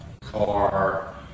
car